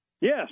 Yes